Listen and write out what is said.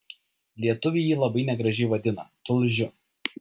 lietuviai jį labai negražiai vadina tulžiu